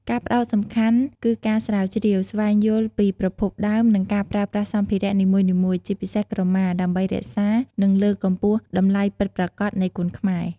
ការផ្តោតសំខាន់គឺការស្រាវជ្រាវ ស្វែងយល់ពីប្រភពដើម និងការប្រើប្រាស់សម្ភារៈនីមួយៗ ជាពិសេសក្រមា ដើម្បីរក្សា និងលើកកម្ពស់តម្លៃពិតប្រាកដនៃគុនខ្មែរ។